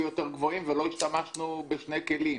יותר גבוהים אבל פשוט לא השתמשנו בשני הכלים.